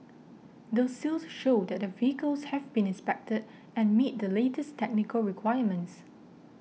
the seals show that the vehicles have been inspected and meet the latest technical requirements